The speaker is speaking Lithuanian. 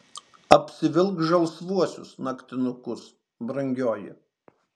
apsivilk žalsvuosius naktinukus brangioji